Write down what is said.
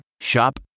Shop